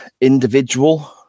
individual